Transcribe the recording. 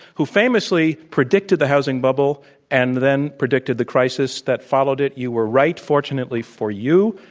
who famously predicted the housing bubble and then predicted the crisis that followed it, you were right, fortunately for you.